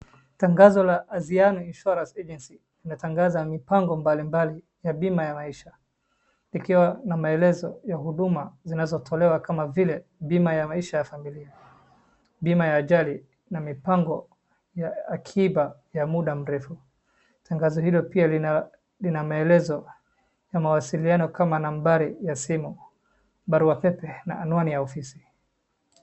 Tangazo la Aziano Insurance Agency inatangaza mipango mbalimbali ya bima ya maisha ikiwa na maelezo ya huduma zinazotolewa kama vile bima ya maisha ya familia, bima ya ajali na mipango ya akiba ya muda mrefu, tangazo hilo pia lina maelezo ya mawasiliano kama nambari ya simu, barua pepe na anwani ya ofisi.